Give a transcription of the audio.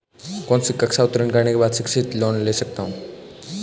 कौनसी कक्षा उत्तीर्ण करने के बाद शिक्षित लोंन ले सकता हूं?